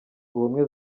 ubumwe